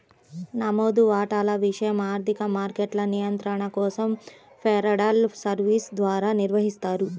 నమోదు వాటాల విషయం ఆర్థిక మార్కెట్ల నియంత్రణ కోసం ఫెడరల్ సర్వీస్ ద్వారా నిర్వహిస్తారు